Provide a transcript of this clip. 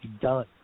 done